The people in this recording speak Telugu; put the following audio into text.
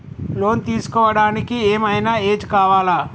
లోన్ తీస్కోవడానికి ఏం ఐనా ఏజ్ కావాలా?